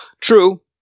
True